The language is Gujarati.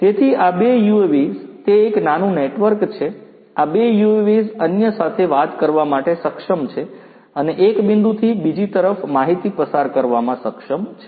તેથી આ બે UAVs તે એક નાનું નેટવર્ક છે આ બે UAVs અન્ય સાથે વાત કરવા માટે સક્ષમ છે અને એક બિંદુથી બીજી તરફ માહિતી પસાર કરવામાં સક્ષમ છે